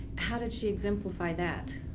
how did she exemplify that?